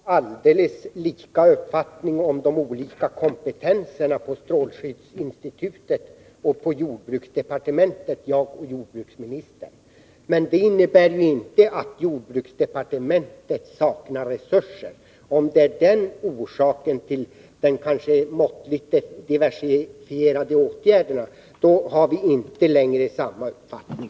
Herr talman! Jag och jordbruksministern har nog precis samma uppfattning om strålskyddsinstitutets och jordbruksdepartementets olika kompetens. Men jordbruksdepartementet saknar inte resurser. Om detta skulle vara orsaken till de måttligt diversifierade åtgärderna, har vi inte längre samma uppfattning.